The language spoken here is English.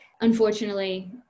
unfortunately